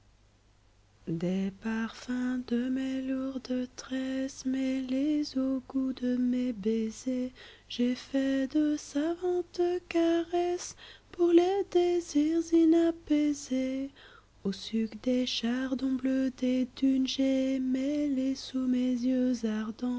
des chardons bleus